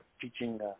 teaching